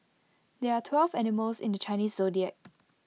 there are twelve animals in the Chinese Zodiac